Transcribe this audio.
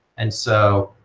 and so